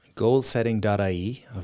Goalsetting.ie